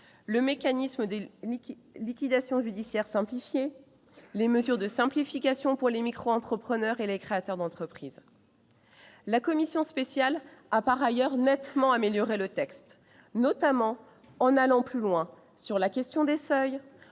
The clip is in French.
le mécanisme de liquidation judiciaire simplifiée, ou encore les mesures de simplification pour les micro-entrepreneurs et les créateurs d'entreprise. En outre, la commission spéciale a nettement amélioré le texte, notamment en allant plus loin sur la question des seuils,